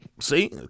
See